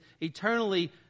eternally